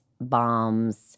bombs